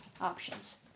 options